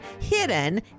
hidden